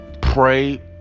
Pray